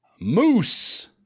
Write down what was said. Moose